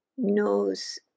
knows